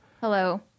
hello